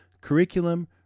curriculum